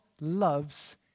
loves